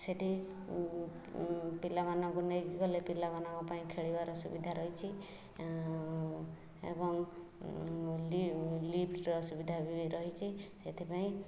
ସେଇଠି ପିଲାମାନଙ୍କୁ ନେଇକି ଗଲେ ପିଲାମାନଙ୍କ ପାଇଁ ଖେଳିବାର ସୁବିଧା ରହିଛି ଏବଂ ଲିଫ୍ଟର ସୁବିଧା ବି ରହିଛି ସେଇଥିପାଇଁ